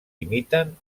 imiten